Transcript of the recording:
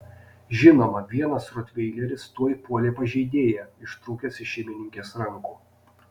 žinoma vienas rotveileris tuoj puolė pažeidėją ištrūkęs iš šeimininkės rankų